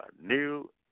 new